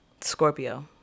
Scorpio